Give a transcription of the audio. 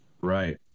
right